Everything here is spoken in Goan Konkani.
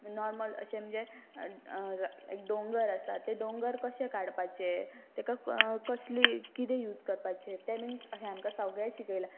नॉर्मल अशें म्हणजे लायक डोंगर आसा ते डोंगर कशें काडपाचे तेका कसली किदें यूज करपाचें ते बीन हांकां सगळें शिकयलां